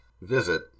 visit